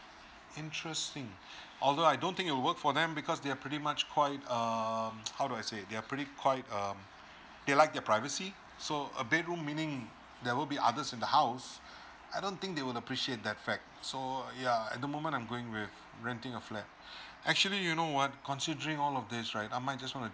interesting although I don't think it'll work for them because they're pretty much quite um how do I say they are pretty quite um they like their privacy so a bedroom meaning there will be others in the house I don't think they would appreciate that fact so uh ya at the moment I'm going with renting a flat actually you know what considering all of this right I might just want